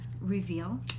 reveal